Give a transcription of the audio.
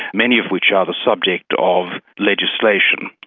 many of which are the subject of legislation,